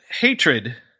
hatred